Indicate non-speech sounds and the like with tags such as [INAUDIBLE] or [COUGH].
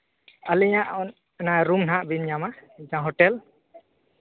ᱟᱹᱞᱤᱧᱟᱜ ᱨᱩᱢ ᱱᱟᱦᱟᱜ ᱵᱤᱱ ᱧᱟᱢᱟ [UNINTELLIGIBLE] ᱦᱳᱴᱮᱞ